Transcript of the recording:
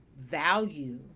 value